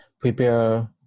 prepare